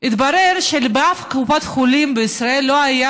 התברר שבשום קופת חולים בישראל לא היה